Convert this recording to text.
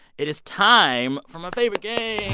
it is time for my favorite game